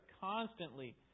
constantly